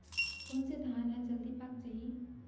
कोन से धान ह जलदी पाक जाही?